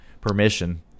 permission